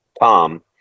Tom